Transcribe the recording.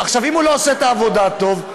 אם הוא לא עושה את העבודה טוב,